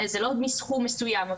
זה לא מסכום מסוים.